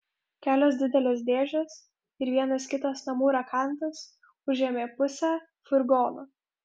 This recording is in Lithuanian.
kelios didelės dėžės ir vienas kitas namų rakandas užėmė pusę furgono